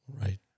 right